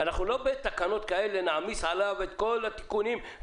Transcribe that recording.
אנחנו לא בתקנות כאלה נעמיס עליו את כל התיקונים,